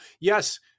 Yes